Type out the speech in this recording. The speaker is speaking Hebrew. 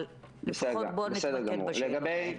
אבל לפחות בוא נתמקד בשאלות.